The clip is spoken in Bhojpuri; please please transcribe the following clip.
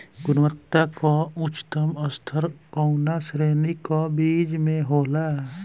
गुणवत्ता क उच्चतम स्तर कउना श्रेणी क बीज मे होला?